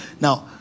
Now